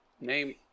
Name